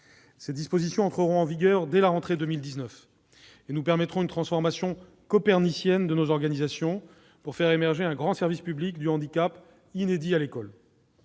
Ces dispositions entreront en vigueur dès la rentrée de 2019 et permettront une transformation copernicienne de nos organisations, pour faire émerger un grand service public du handicap inédit à l'école.